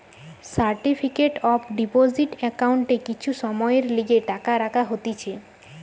certificate of deposit একাউন্টে কিছু সময়ের লিগে টাকা রাখা হতিছে